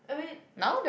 I mean